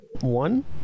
one